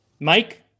Mike